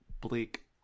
bleak